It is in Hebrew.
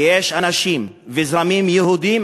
ויש אנשים וזרמים יהודיים,